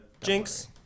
Jinx